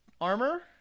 armor